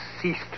ceased